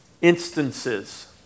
instances